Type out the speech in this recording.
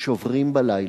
שוברים בלילה.